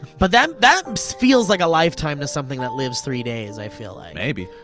but that that um so feels like a lifetime to something that lives three days i feel like. maybe.